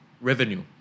revenue